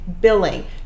billing